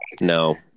No